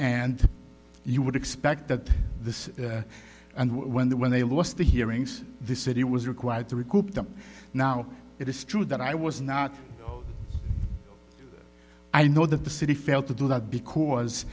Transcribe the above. and you would expect that this and when the when they lost the hearings this city was required to recoup them now it is true that i was not i know that the city failed to do that because